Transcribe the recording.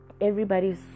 everybody's